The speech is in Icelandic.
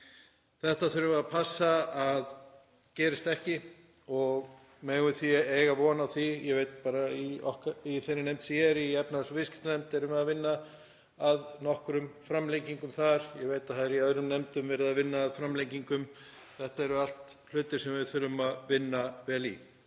Þetta þurfum við að passa að gerist ekki og megum við því eiga von á því — ég veit bara að í þeirri nefnd sem ég er í, efnahags- og viðskiptanefnd, erum við að vinna að nokkrum framlengingum og ég veit að í öðrum nefndum er verið að vinna að framlengingum. Þetta eru allt hlutir sem við þurfum að vinna vel í.